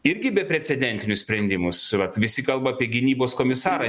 irgi beprecedentinius sprendimus vat visi kalba apie gynybos komisarą